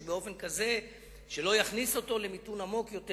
באופן כזה שלא יכניס אותו למיתון עמוק יותר.